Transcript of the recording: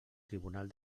tribunal